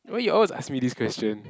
why you always ask me this question